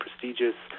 prestigious